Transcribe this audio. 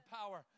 power